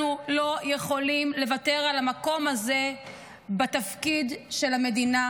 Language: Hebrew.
אנחנו לא יכולים לוותר על המקום הזה בתפקיד של המדינה,